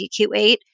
DQ8